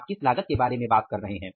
आप किस लागत के बारे में बात कर रहे हैं